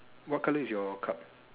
what color is your cup